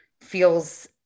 feels